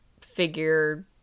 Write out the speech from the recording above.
figure